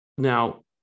Now